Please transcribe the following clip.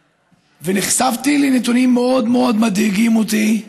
ונחשפתי לנתונים שמאוד מאוד מדאיגים אותי,